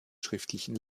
schriftlichen